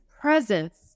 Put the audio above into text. presence